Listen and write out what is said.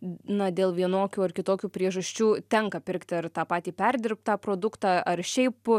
na dėl vienokių ar kitokių priežasčių tenka pirkti ar tą patį perdirbtą produktą ar šiaip